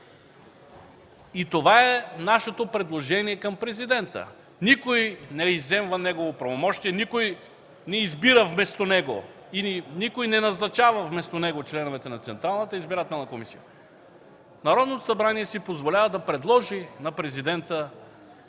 И това е нашето предложение към президента. Никой не изземва негово правомощие, никой не избира, вместо него или никой не назначава, вместо него, членовете на Централната избирателна комисия. Народното събрание си позволява да предложи на президента